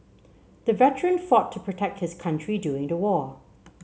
the veteran fought to protect his country during the war